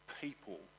people